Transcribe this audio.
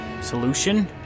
Solution